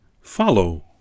follow